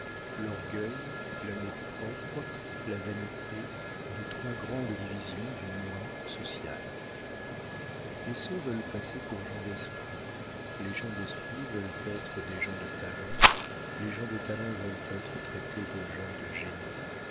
l'orgueil l'amour-propre la vanité les trois grandes divisions du moi social les sots veulent passer pour gens d'esprit les gens d'esprit veulent être des gens de talent les gens de talent veulent être traités de gens de génie